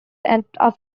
after